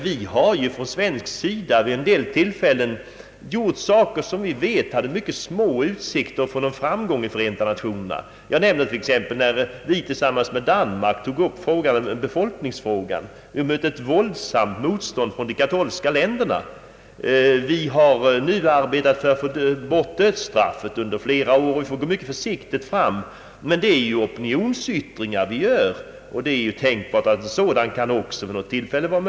Vi har dock från svensk sida vid några tillfällen startat aktioner som vi vet hade mycket små utsikter att få någon framgång i Förenta Nationerna, t.ex. när vi tillsammans med Danmark tog upp befolkningsfrågan. Det mötte ett våldsamt motstånd från de katolska länderna. Vi har arbetat under flera år för att få bort dödsstraffet, och vi har i detta fall fått gå mycket försiktigt fram. Men det är ju här fråga om opinionsyttringar, och det är väl tänkbart att vi kan nå resultat även på den vägen.